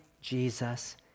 Jesus